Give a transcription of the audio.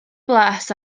blas